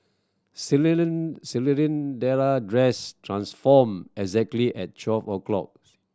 dress transformed exactly at twelve o' clock